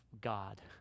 God